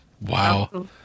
Wow